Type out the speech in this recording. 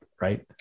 Right